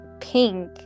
pink